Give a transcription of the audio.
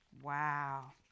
Wow